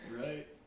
Right